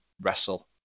wrestle